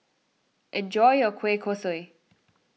enjoy your Kueh Kosui